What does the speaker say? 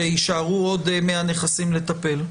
כשיישארו עוד 100 נכסים לטפל?